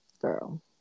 girl